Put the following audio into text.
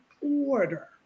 order